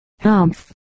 humph